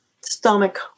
stomach